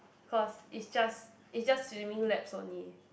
cause it's just it's just swimming laps only